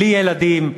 בלי ילדים,